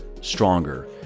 Stronger